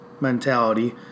mentality